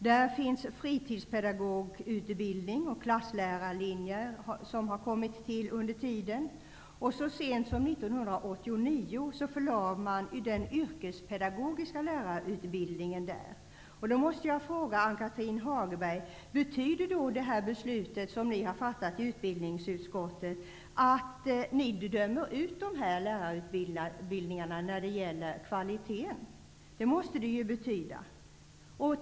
Där finns fritidspedagogutbildning, och klasslärarlinjen har kommit till under tiden. Så sent som år 1989 förlade man den yrkespedagogiska lärarutbildningen dit. Jag måste fråga Ann Cathrine Haglund: Betyder det beslut som utbildningsutskottet fattat att ni dömer ut dessa lärarutbildningar när det gäller kvaliteten? Det måste det ju betyda.